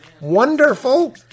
wonderful